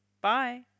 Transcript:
Bye